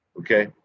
Okay